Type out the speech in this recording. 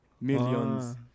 millions